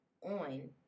on